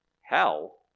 Hell